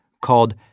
called